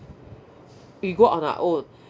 we go on our own